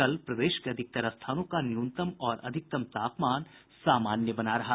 कल प्रदेश के अधिकतर स्थानों का न्यूनतम और अधिकतम तापमान सामान्य बना रहा